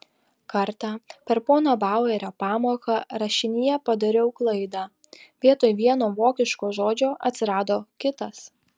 kartą per pono bauerio pamoką rašinyje padariau klaidą vietoj vieno vokiško žodžio atsirado kitas